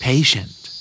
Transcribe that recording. Patient